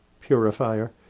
purifier